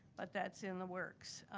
but that's in the works.